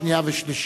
שנייה ושלישית.